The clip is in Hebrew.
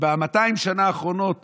ב-200 השנים האחרונות